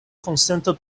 konsento